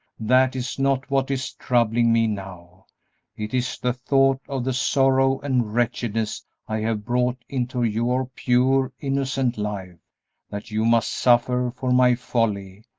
that is not what is troubling me now it is the thought of the sorrow and wretchedness i have brought into your pure, innocent life that you must suffer for my folly,